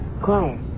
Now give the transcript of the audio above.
Quiet